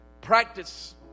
practice